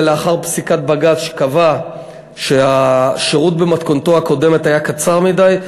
לאחר פסיקת בג"ץ שקבעה שהשירות במתכונתו הקודמת היה קצר מדי,